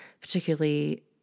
particularly